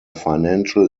financial